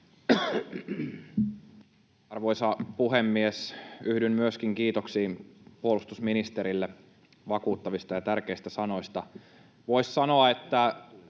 Arvoisa puhemies! Yhdyn myöskin kiitoksiin puolustusministerille vakuuttavista ja tärkeistä sanoista. Voisi sanoa, että